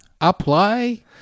Apply